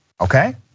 okay